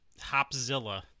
Hopzilla